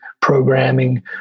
programming